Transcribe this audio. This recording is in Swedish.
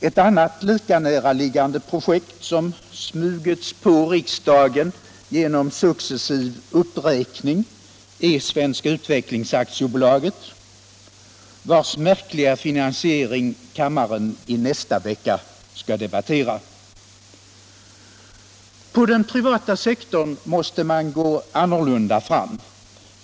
Ett annat lika näraliggande projekt, som smugits på riksdagen genom successiv uppräkning är Svenska Utvecklings AB, vars märkliga finansiering kammaren i nästa vecka skall debattera. På den privata sektorn måste man gå annorlunda fram.